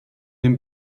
den